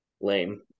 lame